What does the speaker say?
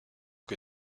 que